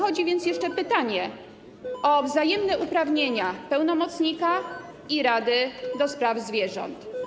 Powstaje jeszcze pytanie o wzajemne uprawnienia pełnomocnika i Rady do spraw Zwierząt.